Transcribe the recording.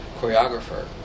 choreographer